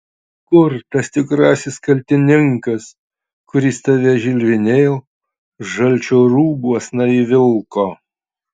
kur tas tikrasis kaltininkas kuris tave žilvinėl žalčio rūbuosna įvilko